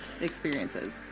experiences